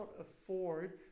afford